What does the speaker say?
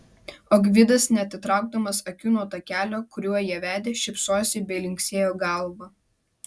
o gvidas neatitraukdamas akių nuo takelio kuriuo ją vedė šypsojosi bei linksėjo galva